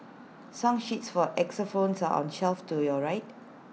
song sheets for X phones are on shelf to your right